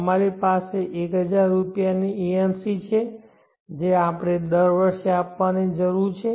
અમારી પાસે 1000 રૂપિયાની AMC છે જે આપણે દર વર્ષે આપવાની જરૂર છે